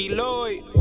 Lloyd